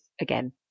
again